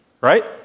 right